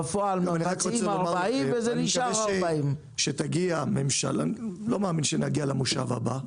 בפועל מבצעים 40 וזה נשאר 40. אני לא מאמין שנגיע למושב הבא.